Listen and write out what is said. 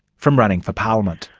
from running for parliament.